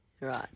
Right